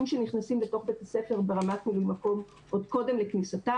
שנכנסים לתוך בית הספר עוד קודם לכניסתם.